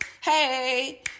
hey